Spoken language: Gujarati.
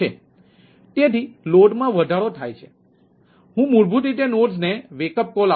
તેથી ભારમાં વધારો થાય છે હું મૂળભૂત રીતે નોડ્સને વેકઅપ કોલ આપું છું